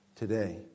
today